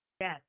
Yes